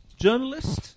journalist